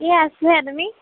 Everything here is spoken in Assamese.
এই আছোঁ তুমি